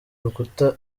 urukuta